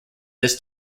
this